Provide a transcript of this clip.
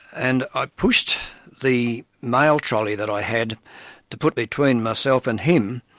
and i pushed the mail trolley that i had to put between myself and him,